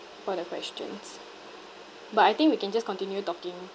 for the questions but I think we can just continue talking